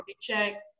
Check